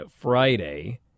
friday